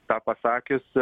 tą pasakius